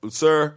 sir